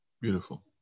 Beautiful